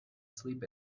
sleep